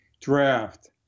draft